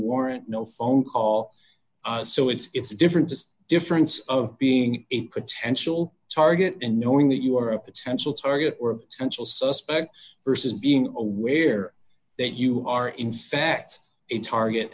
warrant no phone call so it's different just difference of being a potential target and knowing that you are a potential target or council suspect versus being aware that you are in fact a target